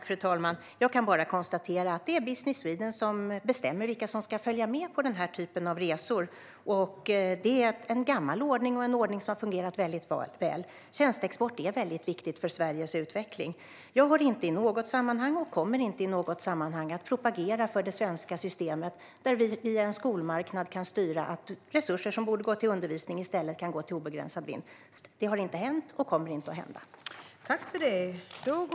Fru talman! Jag kan bara konstatera att det är Business Sweden som bestämmer vilka som ska följa med på denna typ av resor. Detta är en gammal ordning och en ordning som har fungerat väldigt väl. Tjänsteexport är väldigt viktigt för Sveriges utveckling. Jag har inte i något sammanhang propagerat för det svenska systemet, där man via en skolmarknad kan styra att resurser som borde gå till undervisning i stället kan gå till obegränsad vinst, och jag kommer heller inte att propagera för det. Det har inte hänt och kommer inte att hända.